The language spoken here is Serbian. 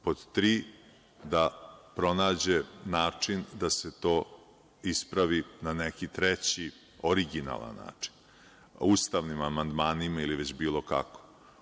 Pod tri, da pronađe način da se to ispravi na neki treći originalan način ustavnim amandmanima ili već bilo kako.